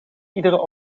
iedere